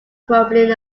crumbling